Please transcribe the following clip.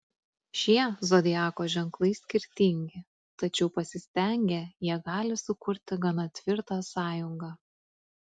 šie zodiako ženklai skirtingi tačiau pasistengę jie gali sukurti gana tvirtą sąjungą